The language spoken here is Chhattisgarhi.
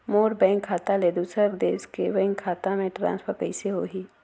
मोर बैंक खाता ले दुसर देश के बैंक खाता मे ट्रांसफर कइसे होही?